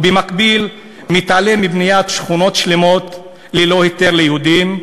ובמקביל הוא מתעלם מבניית שכונות שלמות ללא היתר ליהודים,